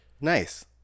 Nice